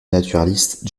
naturaliste